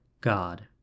God